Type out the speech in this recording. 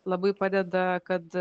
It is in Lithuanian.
labai padeda kad